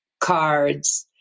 cards